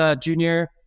junior